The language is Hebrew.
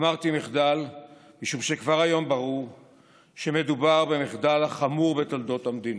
אמרתי מחדל משום שכבר היום ברור שמדובר במחדל החמור בתולדות המדינה.